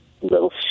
little